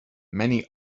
many